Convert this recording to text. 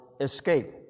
escape